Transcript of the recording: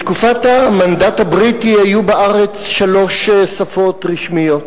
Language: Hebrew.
בתקופת המנדט הבריטי היו בארץ שלוש שפות רשמיות.